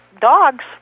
dogs